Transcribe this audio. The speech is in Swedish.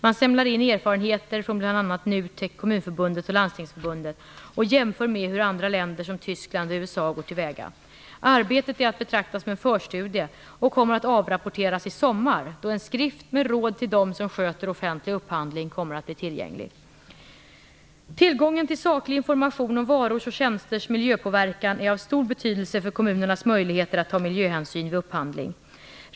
Man samlar in erfarenheter från bl.a. NUTEK, Kommunförbundet och Landstingsförbundet, och jämför med hur andra länder som Tyskland och USA går till väga. Arbetet är att betrakta som en förstudie, och kommer att avrapporteras i sommar, då en skrift med råd till dem som sköter offentlig upphandling kommer att bli tillgänglig. Tillgången på saklig information om varors och tjänsters miljöpåverkan är av stor betydelse för kommunernas möjligheter att ta miljöhänsyn vid upphandling.